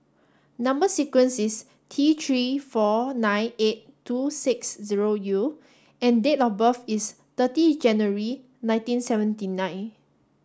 number sequence is T three four nine eight two six zero U and date of birth is thirty January nineteen seventy nine